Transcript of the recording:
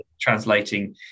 translating